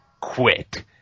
quit